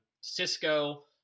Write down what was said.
Cisco